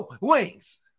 wings